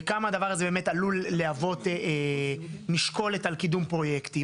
וכמה הדבר הזה באמת עלול להוות משקולת על קידום פרויקטים.